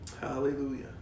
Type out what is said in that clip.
hallelujah